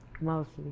mostly